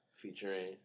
featuring